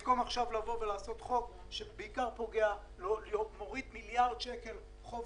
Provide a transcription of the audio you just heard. במקום עכשיו לחוקק חוק שבעיקר פוגע ומוריד מיליארד שקל חוב